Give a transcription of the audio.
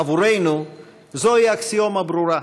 עבורנו זו אקסיומה ברורה.